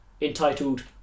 entitled